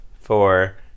four